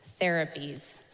therapies